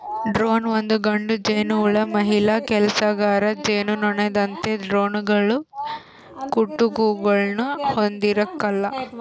drone ಒಂದು ಗಂಡು ಜೇನುಹುಳು ಮಹಿಳಾ ಕೆಲಸಗಾರ ಜೇನುನೊಣದಂತೆ ಡ್ರೋನ್ಗಳು ಕುಟುಕುಗುಳ್ನ ಹೊಂದಿರಕಲ್ಲ